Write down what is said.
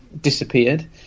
disappeared